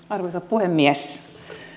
arvoisa puhemies